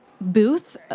booth